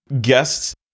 guests